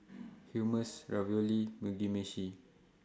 Hummus Ravioli Mugi Meshi